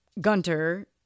gunter